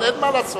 אבל אין מה לעשות.